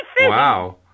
Wow